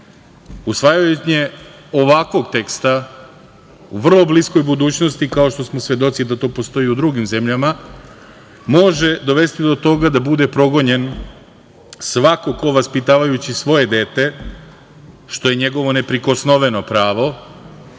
ovakvog teksta u vrlo bliskoj budućnosti, kao što smo svedoci da to postoji i u drugim zemljama, može dovesti do toga da bude progonjen svako ko vaspitavajući svoje dete, što je njegovo neprikosnoveno pravo,